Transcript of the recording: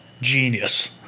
Genius